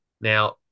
Now